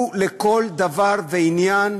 הוא לכל דבר ועניין